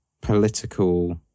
political